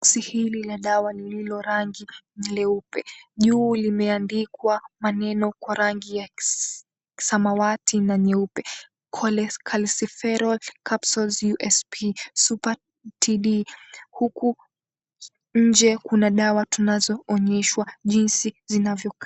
Boxi hili la dawa lililo rangi nyeupe. Juu limeandikwa maneno kwa rangi ya samawati na nyeupe, Colecalciferol capsules USP Super TD. Huku nje kuna dawa tunazoonyeshwa jinsi zinavyokuwa.